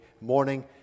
morning